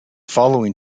following